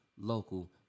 local